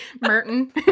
Merton